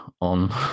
on